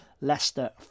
Leicester